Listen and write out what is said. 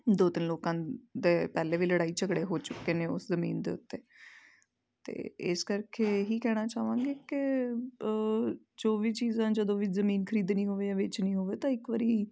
ਦੋ ਤਿੰਨ ਲੋਕਾਂ ਦੇ ਪਹਿਲੇ ਵੀ ਲੜਾਈ ਝਗੜੇ ਹੋ ਚੁੱਕੇ ਨੇ ਉਸ ਜਮੀਨ ਦੇ ਉੱਤੇ ਤੇ ਇਸ ਕਰਕੇ ਇਹ ਹੀ ਕਹਿਣਾ ਚਾਹਵਾਂਗੇ ਕਿ ਜੋ ਵੀ ਚੀਜ਼ਾਂ ਜਦੋਂ ਵੀ ਜਮੀਨ ਖਰੀਦਣੀ ਹੋਵੇ ਵੇਚਣੀ ਹੋਵੇ ਤਾਂ ਇੱਕ ਵਾਰੀ